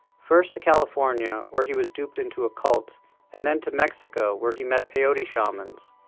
first to california, where he was duped into a cult and then to mexico where he met peyote shamans,